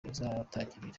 izatangirira